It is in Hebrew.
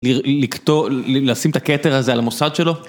לשים את הכתר הזה על המוסד שלו?